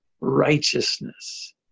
righteousness